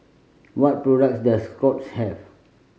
what products does Scott's have